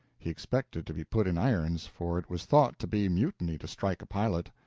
he expected to be put in irons, for it was thought to be mutiny to strike a pilot.